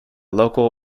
local